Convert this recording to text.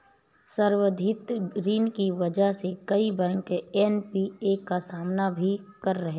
संवर्धित ऋण की वजह से कई बैंक एन.पी.ए का सामना भी कर रहे हैं